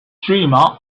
streamer